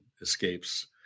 escapes